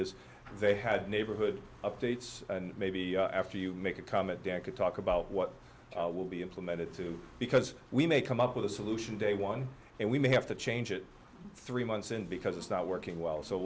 is they had neighborhood updates and maybe after you make a comment back to talk about what will be implemented too because we may come up with a solution day one and we may have to change it three months in because it's not working well so